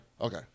Okay